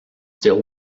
still